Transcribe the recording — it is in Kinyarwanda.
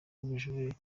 rw’ubujurire